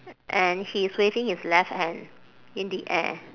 and he is waving his left hand in the air